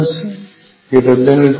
অর্থাৎ ≥0